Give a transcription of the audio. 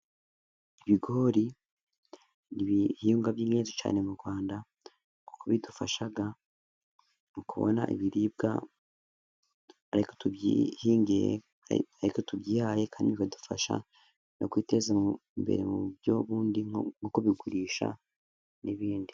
Ibigori ibihingwa by'ingenzi cyane mu Rwanda, kuko bidufasha mu kubona ibiribwa aritwe tubihinze, aritwe tubyihaye kandi bikadufasha no kwiteza imbere, mu buryo bundi nko kubigurisha n'ibindi.